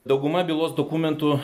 dauguma bylos dokumentų